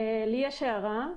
לי יש הערה.